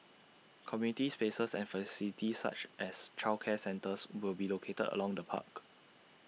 community spaces and facilities such as childcare centres will be located along the park